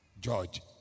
George